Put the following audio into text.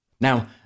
Now